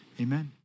Amen